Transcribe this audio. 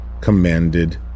commanded